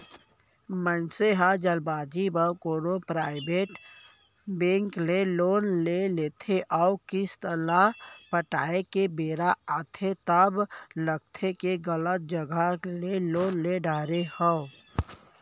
मनसे ह जल्दबाजी म कोनो पराइबेट बेंक ले लोन ले लेथे अउ किस्त ल पटाए के बेरा आथे तब लगथे के गलत जघा ले लोन ले डारे हँव